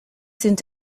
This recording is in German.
sind